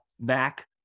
Mac